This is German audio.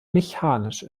mechanisch